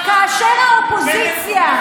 אוי אוי אוי.